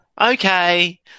okay